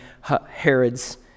Herod's